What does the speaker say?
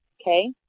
okay